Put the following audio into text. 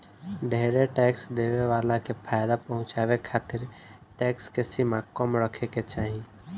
ढेरे टैक्स देवे वाला के फायदा पहुचावे खातिर टैक्स के सीमा कम रखे के चाहीं